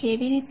કેવી રીતે